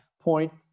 point